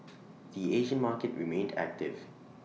the Asian market remained active